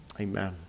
Amen